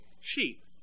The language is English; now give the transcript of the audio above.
sheep